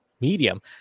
medium